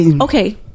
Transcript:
okay